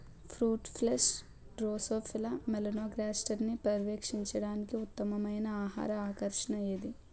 Fruit flies Drosophila మెలనోగాస్టర్ని పర్యవేక్షించడానికి ఉత్తమమైన ఆహార ఆకర్షణ ఏది?